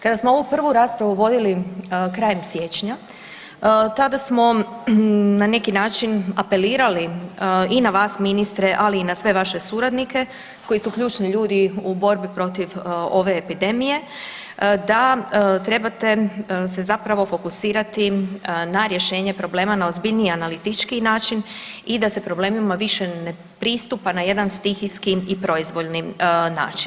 Kada smo ovu prvu raspravu vodili krajem siječnja, tada smo na neki način apelirali i na vas ministre, ali i na sve vaše suradnike koji su ključni ljudi u borbi protiv ove epidemije da trebate se zapravo fokusirati na rješenje problema, na ozbiljniji analitičkiji način i da se problemima više ne pristupa na jedan stihijski i proizvoljni način.